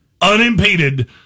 unimpeded